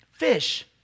fish